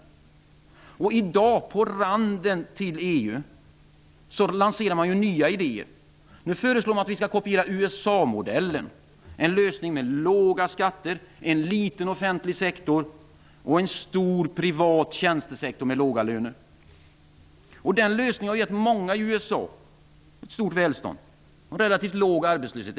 I dag, när vi står på randen till EU, lanseras nya idéer. Nu föreslås det att vi skall kopiera USA-modellen. Det är en lösning med låga skatter, en liten offentlig sektor och en stor privat tjänstesektor med låga löner. Den lösningen har gett många i USA ett stort välstånd och relativt låg arbetslöshet.